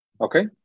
Okay